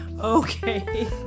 Okay